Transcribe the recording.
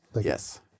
Yes